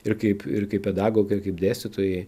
ir kaip ir kaip pedagogai kaip dėstytojai